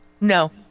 No